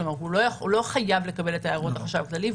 כלומר, הוא לא חייב לקבל את הערות החשב הכללי.